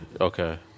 Okay